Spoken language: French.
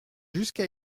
jusqu’à